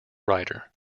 writer